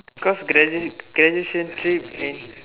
because graduation graduation trip and